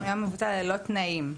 הוא היה מבוצע ללא תנאים,